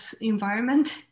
environment